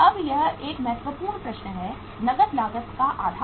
अब यह एक महत्वपूर्ण प्रश्न है नकद लागत का आधार